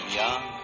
young